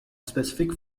specific